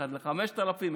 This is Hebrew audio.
אחד ל-5,000,